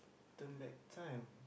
turn back time